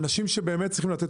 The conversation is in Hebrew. האנשים שבאמת צריכים לתת